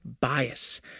bias